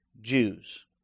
Jews